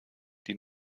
die